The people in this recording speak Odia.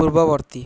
ପୂର୍ବବର୍ତ୍ତୀ